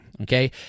okay